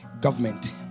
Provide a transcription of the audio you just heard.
government